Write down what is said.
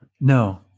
no